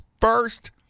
first